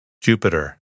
Jupiter